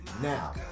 Now